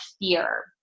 fear